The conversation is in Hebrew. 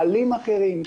העלים אחרים,